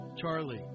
Charlie